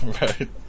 Right